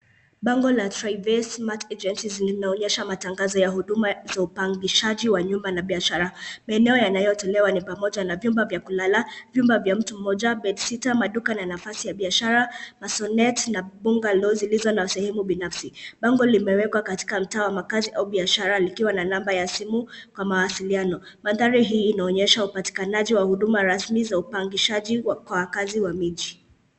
Bango la Tryvay Smat Agencies linaonyesha matangazo ya huduma za upangishaji wa nyumba na biashara. Maeneo yanayotolewa ni pamoja na vyumba vya kulala, vyumba vya mtu mmoja, bed-sitter , maduka na nafasi ya biashara masonnet na bungalows , zilizo na sehemu binafsi. Bango limewekwa katika mtaa wa makazi au biashara likiwa na namba ya simu kwa mawasiliano. Mandhari hii inaonyesha upatikanaji wa huduma rasmi za upangishaji kwa wakazi wa miji.